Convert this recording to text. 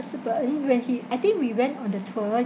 husband when he I think we went on the tour